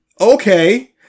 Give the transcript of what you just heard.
okay